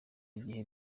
igihe